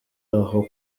aho